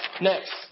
next